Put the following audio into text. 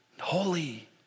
holy